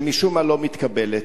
שמשום מה לא מתקבלת,